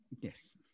Yes